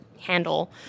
handle